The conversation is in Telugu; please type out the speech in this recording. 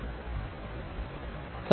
కాబట్టి ఇది గుర్తుంచుకోవాలి